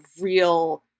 real